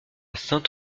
saint